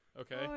Okay